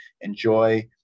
enjoy